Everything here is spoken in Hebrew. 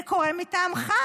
זה קורה מטעמך.